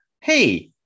hey